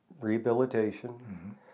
rehabilitation